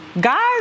guys